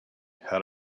had